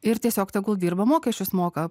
ir tiesiog tegul dirba mokesčius moka